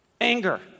anger